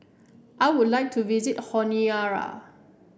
I would like to visit Honiara